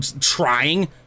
trying